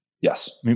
Yes